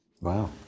Wow